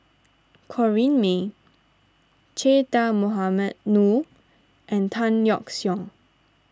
Corrinne May Che Dah Mohamed Noor and Tan Yeok Seong